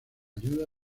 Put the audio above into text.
ayuda